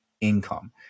income